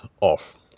off